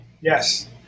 Yes